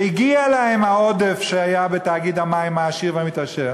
והגיע להם העודף שהיה בתאגיד המים העשיר והמתעשר,